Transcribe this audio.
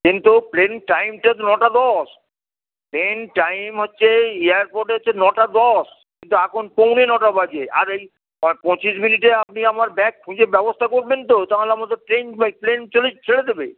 কিন্তু প্লেনের টাইমটা তো নটা দশ প্লেন টাইম হচ্ছে এয়ারপোর্টে হচ্ছে নটা দশ কিন্তু এখন পৌনে নটা বাজে আর এই প পঁচিশ মিনিটে আপনি আমার ব্যাগ খুঁজে ব্যবস্থা করবেন তো তা নাহলে আমাদের ট্রেন এই প্লেন চলে ছেড়ে দেবে